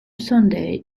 sunday